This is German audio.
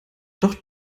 doch